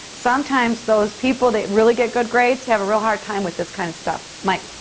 sometimes those people that really get good grades have a real hard time with this kind of stuff. mitch?